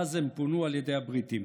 אז הם פונו על ידי הבריטים.